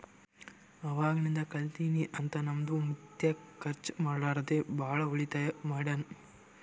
ಅವಾಗಿಂದ ಕಾಲ್ನಿಂತ ನಮ್ದು ಮುತ್ಯಾ ಖರ್ಚ ಮಾಡ್ಲಾರದೆ ಭಾಳ ಉಳಿತಾಯ ಮಾಡ್ಯಾನ್